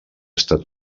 estat